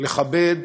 לכבד